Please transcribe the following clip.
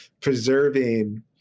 preserving